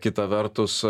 kita vertus